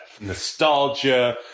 nostalgia